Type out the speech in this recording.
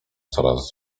coraz